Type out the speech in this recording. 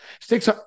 Six